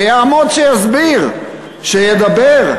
שיעמוד ויסביר, שידבר.